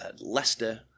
Leicester